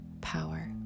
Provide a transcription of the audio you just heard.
power